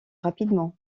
rapidement